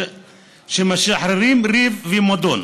שמחרחרים ריב ומדון.